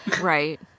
Right